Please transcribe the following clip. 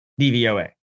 DVOA